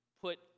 put